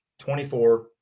24